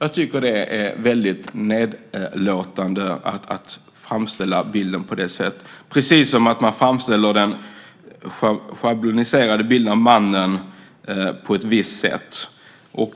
Jag tycker att det är väldigt nedlåtande att framställa bilden på det sättet, liksom man gärna framställer en schabloniserad bild av mannen.